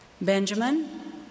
Benjamin